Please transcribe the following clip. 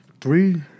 three